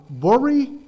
worry